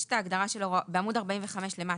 בעמוד 45 למטה.